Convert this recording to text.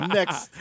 Next